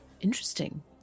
Interesting